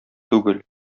түгел